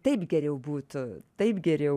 taip geriau būtų taip geriau